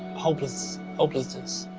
hopeless, hopelessness,